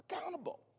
accountable